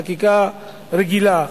חקיקה רגילה,